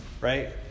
right